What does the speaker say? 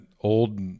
old